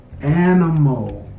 animal